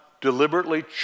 deliberately